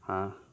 হাঁহ